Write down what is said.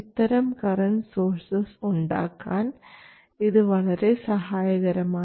ഇത്തരം current sources ഉണ്ടാക്കാൻ ഇത് വളരെ സഹായകരമാണ്